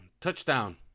touchdown